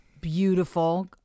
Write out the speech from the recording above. Beautiful